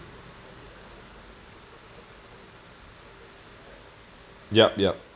yup yup